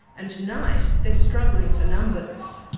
and tonight they're struggling for numbers.